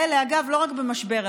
אמרו: לא יהיה מצב שהעמותות יקרסו,